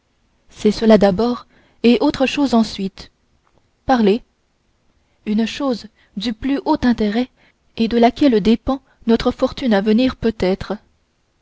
c'est cela d'abord et autre chose ensuite parlez une chose du plus haut intérêt et de laquelle dépend notre fortune à venir peut-être